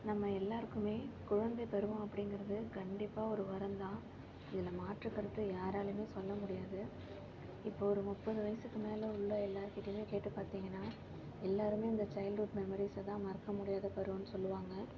நம்ம எல்லாருக்குமே குழந்தை பருவம் அப்படிங்குறது கண்டிப்பாக ஒரு வரம் தான் இதில் மாற்று கருத்து யாராலையுமே சொல்ல முடியாது இப்போது ஒரு முப்பது வயதுக்கு மேல் உள்ள எல்லார்கிட்டயுமே கேட்டு பார்த்திங்கன்னா எல்லாருமே இந்த சைல்ட்ஹுட் மெமரீஸை தான் மறக்க முடியாத பருவம்னு சொல்லுவாங்க